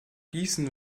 gießen